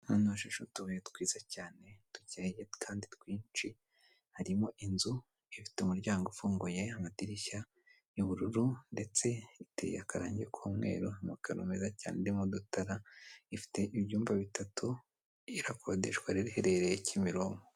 Ahantu hashashe utubuye twiza cyane dukeye kandi twinshi, harimo inzu ifite umuryango ufunguye amadirishya y'ubururu ndetse iteye akangi k'umweru, amakaro meza cyane harimo n'udutara, ifite ibyumba bitatu, irakodeshwa rero iherereye Kimironko.